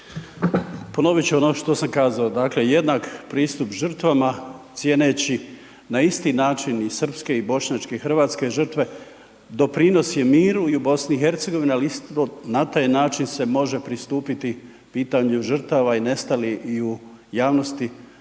Ponovit ću ono što sam kazao, dakle, jednak pristup žrtvama cijeneći na isti način i srpske i bošnjačke i hrvatske žrtve doprinose miru i u BiH, ali isto na taj način se može pristupiti pitanju žrtava i nestalih i u javnosti